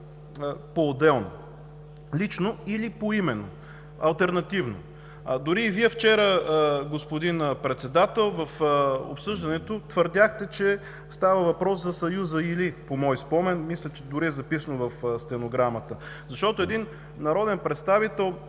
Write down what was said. поотделно – лично или поименно, алтернативно. Дори и Вие вчера, господин Председател, в обсъждането твърдяхте, че става въпрос за съюза „или“ – по мой спомен, мисля, че е записано в стенограмата, защото един народен представител